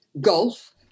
golf